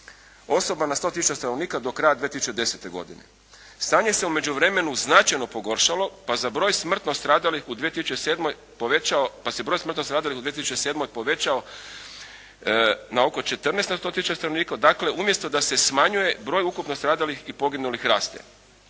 osoba na 100000 stanovnika do kraja 2010. godine. Stanje se u međuvremenu značajno pogoršalo, pa se broj smrtno stradalih u 2007. povećao na oko 14 na 100000 stanovnika. Dakle, umjesto da se smanjuje broj ukupno stradalih i poginulih raste.